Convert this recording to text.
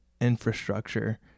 infrastructure